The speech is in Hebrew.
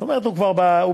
זאת אומרת, הוא כבר בתוקף,